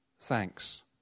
thanks